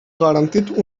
garantit